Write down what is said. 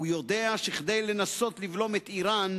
הוא יודע שכדי לנסות לבלום את אירן